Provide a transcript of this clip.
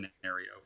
scenario